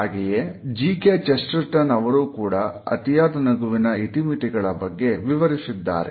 ಹಾಗೆಯೇ G K Chesterton ಅವರು ಕೂಡ ಅತಿಯಾದ ನಗುವಿನ ಇತಿಮಿತಿಗಳ ಬಗ್ಗೆ ವಿವರಿಸಿದ್ದಾರೆ